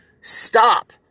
Stop